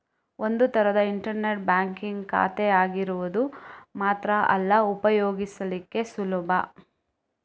ಒಂದು ತರದ internet banking ಖಾತೆ ಆಗಿರೋದು ಮಾತ್ರ ಅಲ್ಲ ಉಪಯೋಗಿಸ್ಲಿಕ್ಕೆ ಸುಲಭ